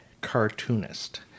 cartoonist